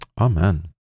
Amen